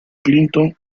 clinton